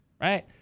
right